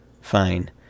Fine